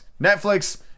netflix